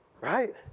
Right